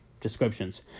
descriptions